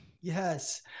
Yes